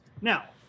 Now